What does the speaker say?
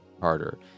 harder